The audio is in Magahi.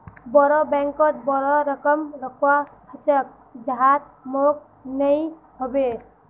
बोरो बैंकत बोरो रकम रखवा ह छेक जहात मोक नइ ह बे